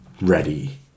ready